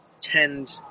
Tend